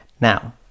Now